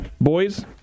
boys